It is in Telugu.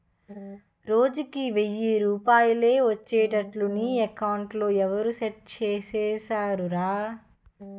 రోజుకి ఎయ్యి రూపాయలే ఒచ్చేట్లు నీ అకౌంట్లో ఎవరూ సెట్ సేసిసేరురా